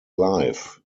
live